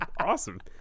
awesome